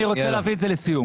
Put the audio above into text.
אני רוצה להביא את זה לסיום.